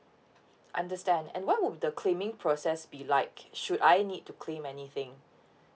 understand and what would the claiming process be like should I need to claim anything